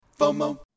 FOMO